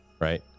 right